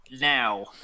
Now